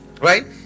right